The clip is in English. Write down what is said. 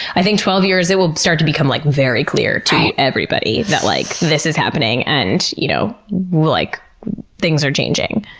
i think twelve years, it will start to become like very clear to everybody that like this is happening and you know like things are changing.